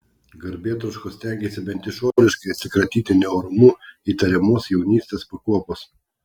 garbėtroškos stengėsi bent išoriškai atsikratyti neorumu įtariamos jaunystės pakopos